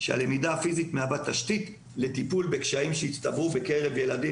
שהלמידה הפיזית מהוות תשתית לטיפול בקשיים שהצטברו בקרב ילדים